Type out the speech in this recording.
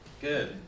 Good